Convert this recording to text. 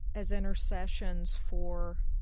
as intercessions for